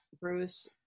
Bruce